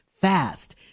fast